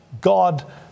God